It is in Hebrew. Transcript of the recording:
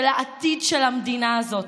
של העתיד של המדינה הזאת,